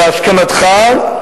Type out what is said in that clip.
בהסכמתך,